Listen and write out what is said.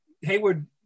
Hayward